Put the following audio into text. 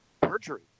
perjury